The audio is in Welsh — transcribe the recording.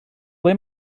ble